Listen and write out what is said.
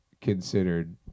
considered